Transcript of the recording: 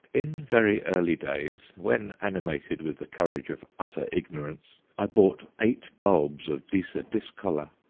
in very early days, when animated with the courage of utter ignorance, i bought eight bulbs of disa discolor,